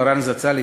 מרן זצ"ל,